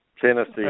Tennessee